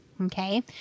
okay